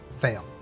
Fail